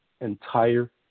entire